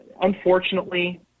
unfortunately